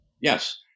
Yes